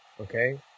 okay